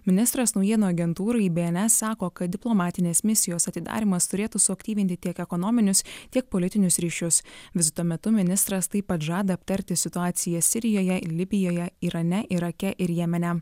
ministras naujienų agentūrai bns sako kad diplomatinės misijos atidarymas turėtų suaktyvinti tiek ekonominius tiek politinius ryšius vizito metu ministras taip pat žada aptarti situaciją sirijoje libijoje irane irake ir jemene